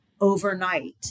overnight